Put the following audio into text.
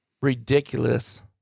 ridiculous